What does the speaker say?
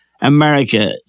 America